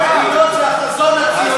ראש הממשלה אומר שהוא